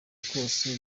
kose